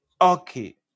Okay